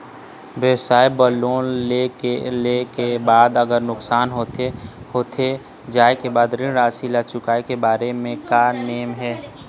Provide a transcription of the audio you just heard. व्यवसाय बर लोन ले के बाद अगर नुकसान होथे जाय के बाद ऋण राशि ला चुकाए के बारे म का नेम हे?